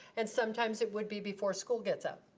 and sometimes it would be before school gets out.